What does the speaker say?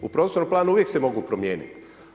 U prostornom planu, uvijek se mogu promijeniti.